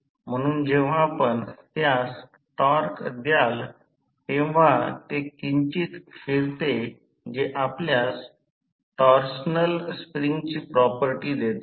म्हणून जेव्हा आपण त्यास टॉर्क द्याल तेव्हा ते किंचित फिरते जे आपल्यास टॉर्शनल स्प्रिंगची प्रॉपर्टी देते